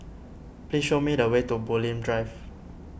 please show me the way to Bulim Drive